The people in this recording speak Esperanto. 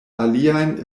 aliajn